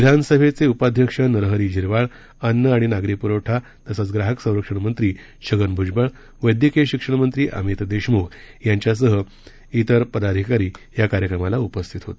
विधानसभेचे उपाध्यक्ष नरहरी झिरवाळ अन्न नागरी पुरवठा आणि ग्राहक संरक्षण मंत्री छगन भुजबळ वैद्यकीय शिक्षणमंत्री अमित देशमुख यांच्यासह तिर पदाधिकारी या कार्यक्रमाला उपस्थित होते